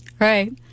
right